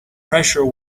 pressure